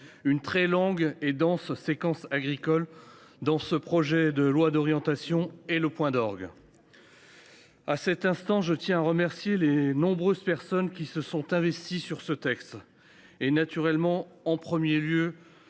une très longue et dense séquence agricole, dont ce projet de loi d’orientation est le point d’orgue. En cet instant, je tiens à remercier les nombreuses personnes qui se sont investies sur ce texte et naturellement, en premier lieu,